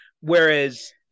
Whereas